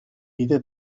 bide